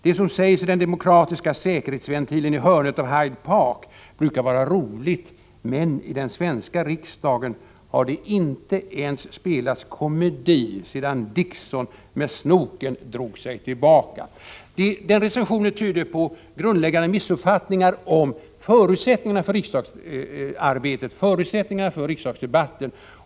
Det som sägs i den demokratiska säkerhetsventilen i hörnet av Hyde Park brukar vara roligt men i den svenska riksdagen har det inte ens spelats komedi sedan Dickson med snoken drog sig tillbaka.” Recensionen tyder på grundläggande missuppfattningar om förutsättningarna för riksdagsarbetet och för riksdagsdebatterna.